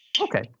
Okay